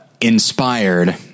inspired